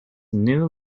new